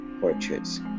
portraits